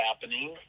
happening